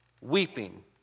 weeping